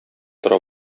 тора